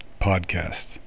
podcast